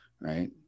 right